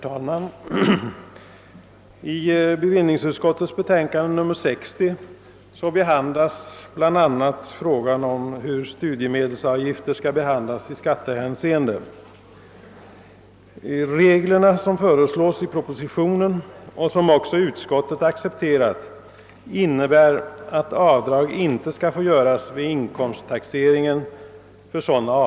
Herr talman! Bevillningsutskottets betänkande nr 60 gäller bl.a. frågan om hur studiemedelsavgifter skall behandlas i skattehänseende. De regler som föreslås i propositionen och som utskottet tillstyrker innebär att avdrag för sådana avgifter inte skall få göras vid inkomsttaxeringen.